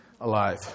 alive